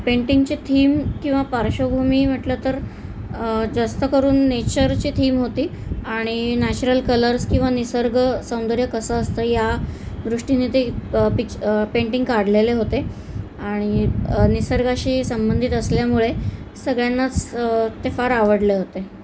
पेंटिंगची theme किंवा पार्श्वभूमी म्हटलं तर जास्त करून नेचरची थीम होती आणि नॅचरल कलर्स किंवा निसर्ग सौंदर्य कसं असतं या दृष्टीने ते पिक्च पेंटिंग काढलेले होते आणि निसर्गाशी संबंधित असल्यामुळे सगळ्यांनाच ते फार आवडले होते